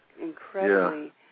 Incredibly